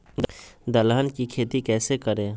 दलहन की खेती कैसे करें?